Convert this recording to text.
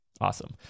Awesome